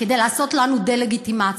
כדי לעשות לנו דה-לגיטימציה,